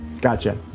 Gotcha